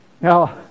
Now